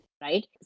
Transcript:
right